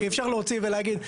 אי אפשר להוציא ולהגיד,